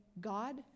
God